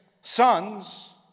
sons